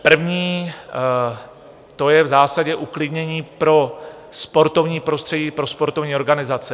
První, to je v zásadě uklidnění pro sportovní prostředí, pro sportovní organizace.